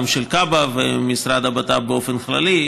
גם של כב"א והמשרד לביטחון פנים באופן כללי,